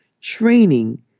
training